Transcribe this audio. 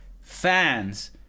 fans